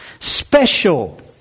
special